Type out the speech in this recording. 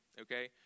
Okay